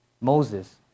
Moses